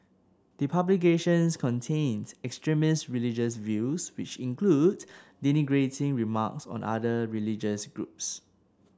the publications contain extremist religious views which include denigrating remarks on other religious groups